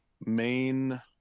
main